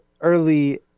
early